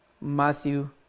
Matthew